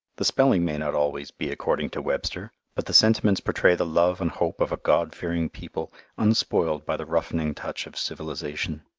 the spelling may not always be according to webster, but the sentiments portray the love and hope of a god-fearing people unspoiled by the roughening touch of civilization.